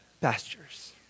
pastures